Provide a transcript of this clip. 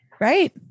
Right